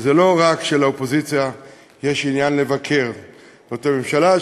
וזה לא רק שלאופוזיציה יש עניין לבקר את הממשלה,